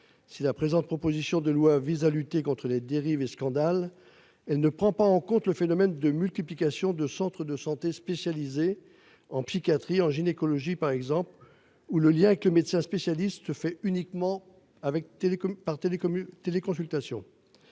Si la présente, proposition de loi vise à lutter contre les dérives et scandales. Elle ne prend pas en compte le phénomène de multiplication de centres de santé spécialisés en psychiatrie et en gynécologie par exemple ou le lien que médecin spécialiste fait uniquement avec Telecom